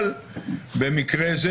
באמת?